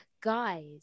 guys